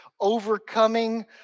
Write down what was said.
overcoming